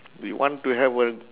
we want to have a